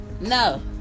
No